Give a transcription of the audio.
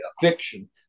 fiction